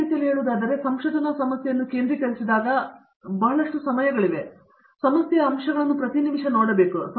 ಬೇರೆ ರೀತಿಯಲ್ಲಿ ಹೇಳುವುದಾದರೆ ನಮ್ಮ ಸಂಶೋಧನಾ ಸಮಸ್ಯೆಯನ್ನು ನಾವು ಕೇಂದ್ರೀಕರಿಸಿದಾಗ ಬಹಳಷ್ಟು ಸಮಯಗಳಿವೆ ಅವರು ಸಮಸ್ಯೆಯ ಅಂಶಗಳನ್ನು ಪ್ರತಿ ನಿಮಿಷ ನೋಡುತ್ತಿರುತ್ತಾರೆ